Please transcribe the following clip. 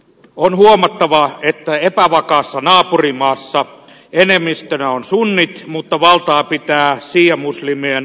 on huomattava että epävakaassa naapurimaassa enemmistönä on sunnit mutta valtaa pitää siiamuslimien alalahko alaviitit